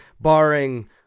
barring